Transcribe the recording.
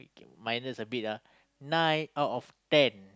okay minus a bit ah nine out of ten